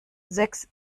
sechs